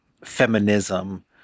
feminism